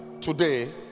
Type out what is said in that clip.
Today